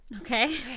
Okay